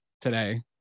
today